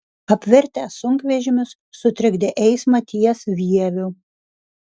apvirtęs sunkvežimis sutrikdė eismą ties vieviu